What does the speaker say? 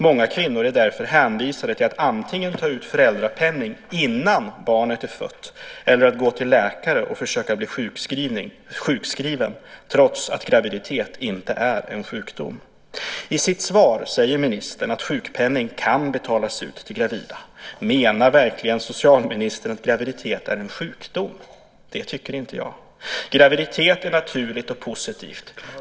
Många kvinnor är därför hänvisade antingen till att ta ut föräldrapenning innan barnet är fött eller också till att gå till läkare och försöka bli sjukskrivna trots att graviditet inte är en sjukdom. I sitt svar säger ministern att sjukpenning kan betalas ut till gravida. Menar verkligen socialministern att graviditet är en sjukdom? Det tycker inte jag. Graviditet är någonting naturligt och positivt.